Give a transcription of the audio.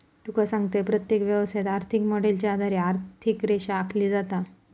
तुका सांगतंय, प्रत्येक व्यवसायात, आर्थिक मॉडेलच्या आधारे आर्थिक रेषा आखली जाता